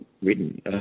written